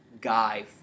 guy